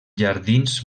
jardins